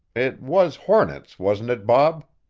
it was hornets, wasn't it, bob?